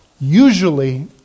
Usually